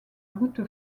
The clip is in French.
goutte